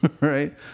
Right